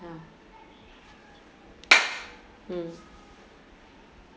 mm